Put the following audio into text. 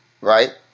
right